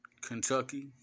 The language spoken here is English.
Kentucky